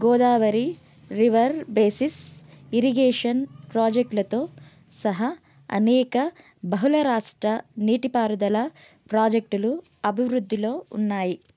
Godavari river basins irrigation ప్రాజెక్టులతో సహా అనేక బహుళ రాష్ట్ర నీటిపారుదల ప్రాజెక్టులు అభివృద్ధిలో ఉన్నాయి